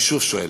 אני שוב שואל: